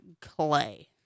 clay